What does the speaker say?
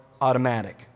automatic